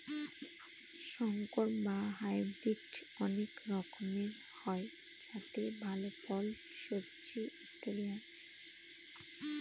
সংকর বা হাইব্রিড বীজ অনেক রকমের হয় যাতে ভাল ফল, সবজি ইত্যাদি হয়